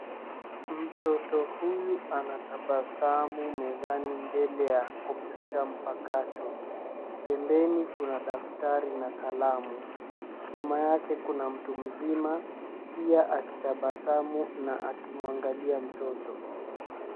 Mtoto huyu anatabasamu mezani mbele ya kompyuta mpakato. Pembeni kuna daftari na kalamu. Nyuma yake kuna mtu mzima, pia akitabasamu na akimwangalia mtoto.